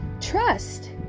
trust